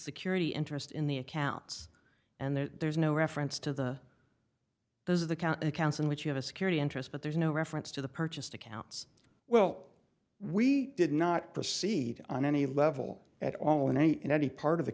security interest in the accounts and there's no reference to the those are the county accounts in which you have a security interest but there's no reference to the purchased accounts well we did not proceed on any level at all in any in any part of the